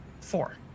four